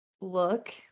look